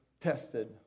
Tested